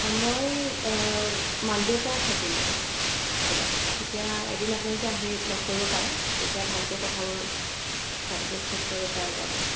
অঁ মই মানডে'ৰপৰা থাকিম মই স্কুলত তেতিয়া এদিন আপোনালোকে আহি লগ কৰিব পাৰে তেতিয়া ভালকৈ কথাবোৰ ডিচকাজ কৰিব পৰা যাব